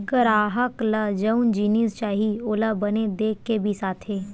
गराहक ल जउन जिनिस चाही ओला बने देख के बिसाथे